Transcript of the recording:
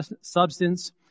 substance